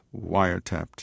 wiretapped